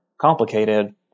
complicated